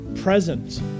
present